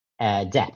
depth